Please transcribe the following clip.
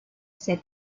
said